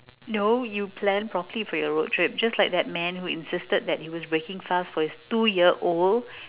no you plan properly for your road trip just like that man who insisted that he was breaking fast for his two year old